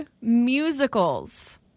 musicals